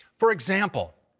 for example,